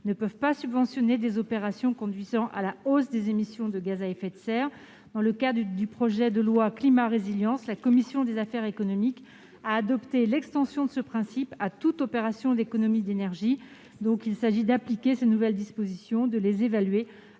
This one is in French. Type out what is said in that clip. ne peuvent pas subventionner des opérations conduisant à la hausse des émissions de gaz à effet de serre. Dans le cadre du présent projet de loi, notre commission a voté l'extension de ce principe à toute opération d'économies d'énergie. Il s'agit d'appliquer ces nouvelles dispositions, de les évaluer